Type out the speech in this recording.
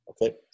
Okay